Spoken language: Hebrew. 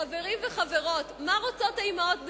חברים וחברות, מה רוצות האמהות בישראל?